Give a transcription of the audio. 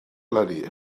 eleni